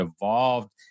evolved